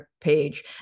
page